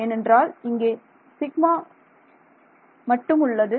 ஏனென்றால் இங்கே σ மாற்றம் உள்ளது